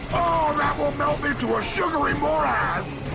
oh, that will melt me to a sugary morass!